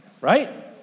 Right